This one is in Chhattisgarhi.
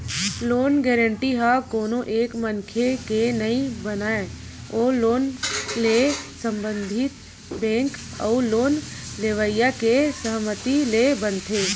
लोन एग्रीमेंट ह कोनो एक मनखे के नइ बनय ओ लोन ले संबंधित बेंक अउ लोन लेवइया के सहमति ले बनथे